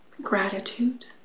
gratitude